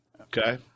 Okay